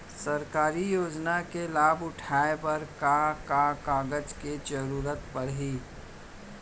सरकारी योजना के लाभ उठाए बर का का कागज के जरूरत परही